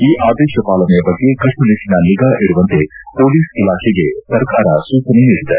ಈ ಆದೇಶ ಪಾಲನೆಯ ಬಗ್ಗೆ ಕಟ್ಟುನಿಟ್ಟನ ನಿಗಾ ಇಡುವಂತೆ ಪೊಲೀಸ್ ಇಲಾಖೆಗೆ ಸರ್ಕಾರ ಸೂಚನೆ ನೀಡಿದೆ